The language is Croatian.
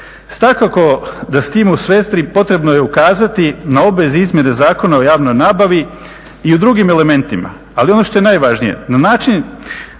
svakako da s tim u svezi potrebno je ukazati na obvezne izmjene Zakona o javnoj nabavi i u drugim elementima. Ali ono što je najvažnije na način